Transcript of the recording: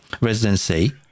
residency